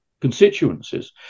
constituencies